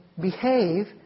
behave